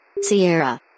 Sierra